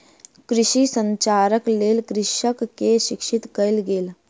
कृषि संचारक लेल कृषक के शिक्षित कयल गेल